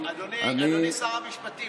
אדוני שר המשפטים,